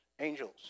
angels